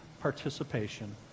participation